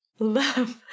love